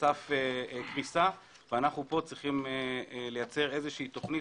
סף קריסה ואנחנו כאן צריכים לייצר איזושהי תוכנית,